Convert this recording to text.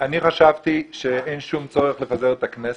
שאני חשבתי שאין שום צורך לפזר את הכנסת.